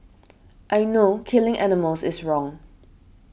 I know killing animals is wrong